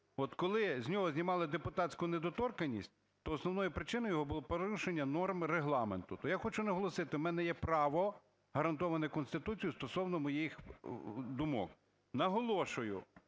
От коли з нього знімали депутатську недоторканність, то основною причиною його було порушення норм Регламенту. То я хочу наголосити, у мене є право, гарантоване Конституцією, стосовно моїх думок. Наголошую,